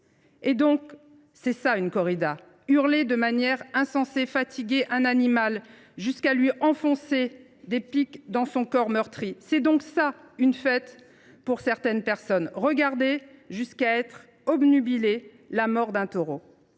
donc ça, une corrida ? Hurler de manière insensée, fatiguer un animal, jusqu’à lui enfoncer des piques dans son corps meurtri ? C’est donc ça, une fête, pour certaines personnes ? Regarder, jusqu’à être obnubilé, la mort d’un taureau